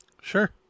Sure